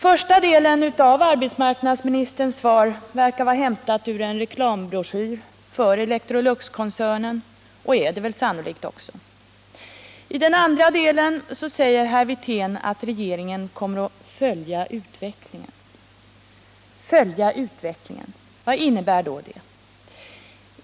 Första delen av arbetsmarknadsministerns svar verkar vara hämtad ur en reklambroschyr för Electroluxkoncernen och är det sannolikt också. I den andra delen säger herr Wirtén att regeringen kommer att följa utvecklingen. Följa utvecklingen — vad innebär då det?